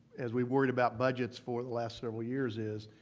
as we've worried about budgets for the last several years is,